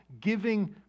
giving